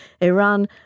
Iran